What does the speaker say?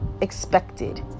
expected